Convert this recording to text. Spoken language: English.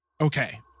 Okay